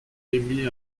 émis